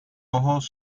ojos